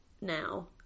now